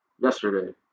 yesterday